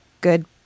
good